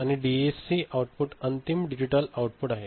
आणि हे DAC output अंतिम डिजिटल आउटपुट आहे